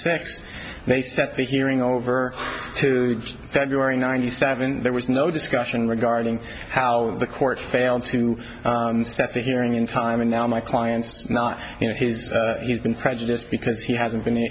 hearing over to february ninety seven there was no discussion regarding how the court failed to set that hearing in time and now my client's not you know his he's been prejudiced because he hasn't been